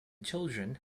children